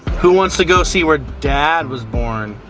who wants to go see where dad was born?